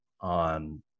on